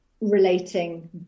relating